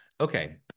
Okay